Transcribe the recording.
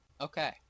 Okay